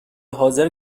حاضر